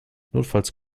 notfalls